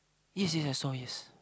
yes yes yes I saw yes